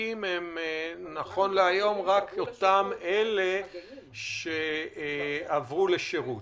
נכון להיום, רק אותם אלה שעברו לשירות.